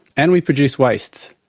and we produce wastes.